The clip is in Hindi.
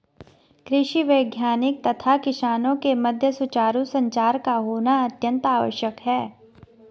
कृषि वैज्ञानिक तथा किसानों के मध्य सुचारू संचार का होना अत्यंत आवश्यक है